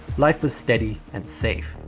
life was steady and safe.